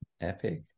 Epic